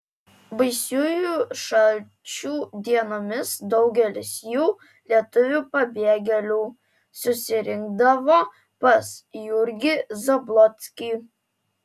baisiųjų šalčių dienomis daugelis jų lietuvių pabėgėlių susirinkdavo pas jurgį zablockį